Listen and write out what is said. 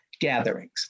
gatherings